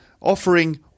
offering